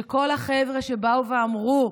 שכל החבר'ה שאמרו: